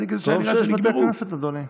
בתי כנסת שנראה היה שנגמרו.